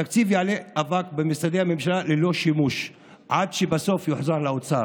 התקציב יעלה אבק במשרדי הממשלה ללא שימוש עד שבסוף יוחזר לאוצר.